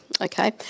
Okay